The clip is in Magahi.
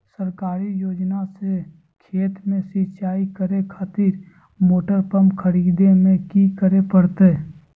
सरकारी योजना से खेत में सिंचाई करे खातिर मोटर पंप खरीदे में की करे परतय?